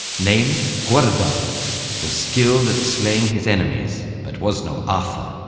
named gwawrddur, was skilled at slaying his enemies, but was no arthur.